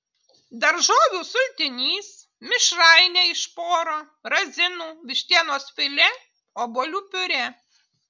daržovių sultinys mišrainė iš poro razinų vištienos filė obuolių piurė